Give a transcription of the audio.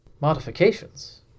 Modifications